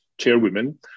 chairwoman